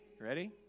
Ready